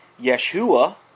Yeshua